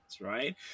right